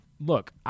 Look